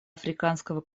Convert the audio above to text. африканского